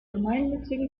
gemeinnützigen